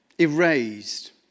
erased